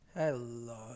Hello